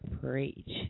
Preach